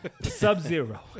Sub-Zero